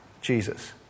Jesus